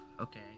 Okay